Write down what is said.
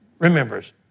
Remembers